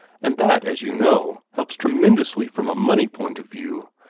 and that, as you know, helps tremendously from a money point of view.